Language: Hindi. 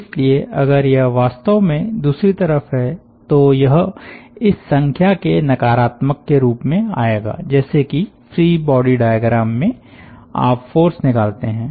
इसलिए अगर यह वास्तव में दूसरी तरफ है तो यह इस संख्या के नकारात्मक के रूप में आएगा जैसे कि फ्री बॉडी डायाग्राम में आप फ़ोर्स निकालते हैं